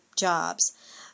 jobs